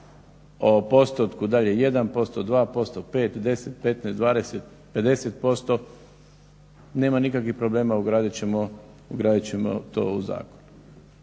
o postotku, da li je 1%, 2%, 5, 10, 15, 20, 50%, nema nikakvih problema, ugradit ćemo to u zakon.